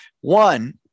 one –